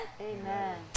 Amen